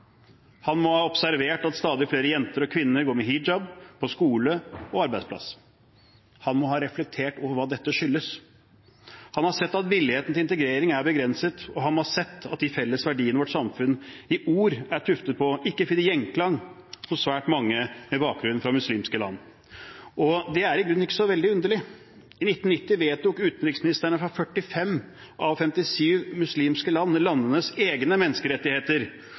Han må ha observert at stadig flere jenter og kvinner går med hijab på skole og arbeidsplass. Han må ha reflektert over hva dette skyldes. Han må ha sett at villigheten til integrering er begrenset, og han må ha sett at de felles verdiene vårt samfunn i ord er tuftet på, ikke finner gjenklang hos svært mange med bakgrunn fra muslimske land. Det er i grunnen ikke så veldig underlig. I 1990 vedtok utenriksministrene fra 45 av 57 muslimske land landenes egne menneskerettigheter,